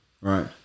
Right